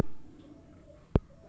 গমের ঝুল রোগের উপসর্গগুলি কী কী?